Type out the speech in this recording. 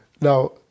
Now